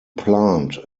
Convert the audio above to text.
plant